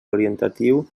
orientatiu